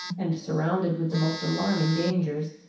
and surrounded with the most alarming dangers,